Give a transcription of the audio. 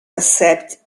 accept